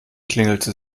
klingelte